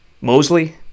Mosley